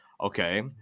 Okay